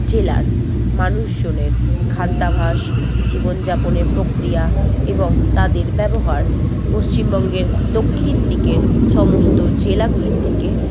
জেলার মানুষজনের খাদ্যাভ্যাস জীবনযাপনের প্রক্রিয়া এবং তাদের ব্যবহার পশ্চিমবঙ্গের দক্ষিণ দিকের সমস্ত জেলাগুলি থেকে